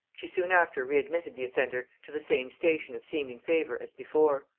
she soon after readmitted the offender to the same station of seeming favor as before.